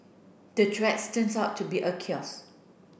the threats turned out to be a chaos